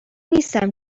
نیستم